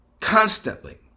constantly